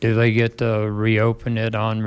do they get the reopen it on